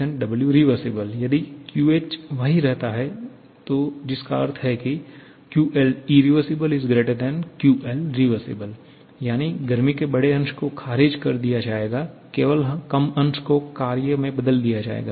WirrWrev यदि QH वही रहता है तो जिसका अर्थ है की QLirr QLrev यानी गर्मी के बड़े अंश को खारिज कर दिया जाएगा केवल कम अंश को कार्य में बदल दिया जाएगा